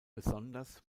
besonders